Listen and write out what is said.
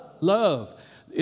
Love